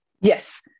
Yes